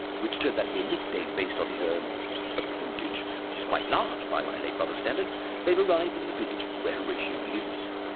which turns out to be a nickname based on his, ah appendage which is quite large, by my late brother's standards they've arrived in the village where horatio lives.